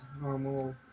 normal